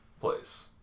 place